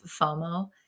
FOMO